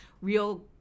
real